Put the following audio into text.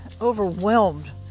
overwhelmed